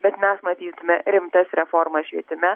bet mes matytume rimtas reformas švietime